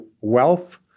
wealth